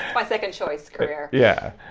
my second-choice career yeah.